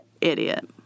idiot